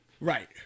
Right